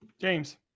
James